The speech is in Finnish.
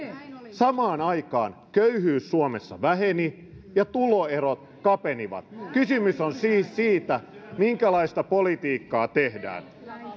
samaan aikaan köyhyys suomessa väheni ja tuloerot kapenivat kysymys on siis siitä minkälaista politiikkaa tehdään